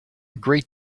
great